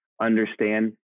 understand